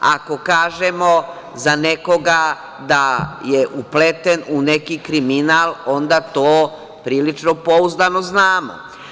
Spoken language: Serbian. Ako kažemo za nekoga da je upleten u neki kriminal, onda to prilično pouzdano znamo.